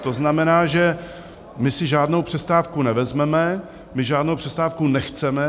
To znamená, že my si žádnou přestávku nevezmeme, my žádnou přestávku nechceme.